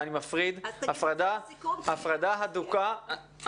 ואני מפריד הפרדה ברורה --- אז תגיד את זה בסיכום.